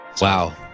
Wow